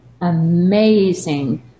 amazing